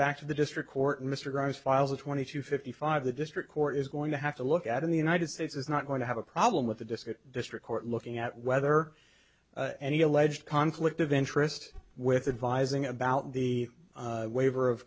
back to the district court mr grimes files a twenty to fifty five the district court is going to have to look at in the united states is not going to have a problem with the disc district court looking at whether any alleged conflict of interest with advising about the waiver of